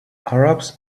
arabs